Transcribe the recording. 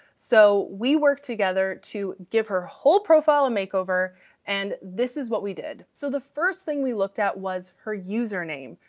so we worked together to give her whole profile a makeover and this is what we did. so the first thing we looked at was her username.